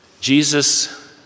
Jesus